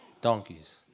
donkeys